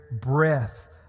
breath